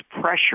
pressure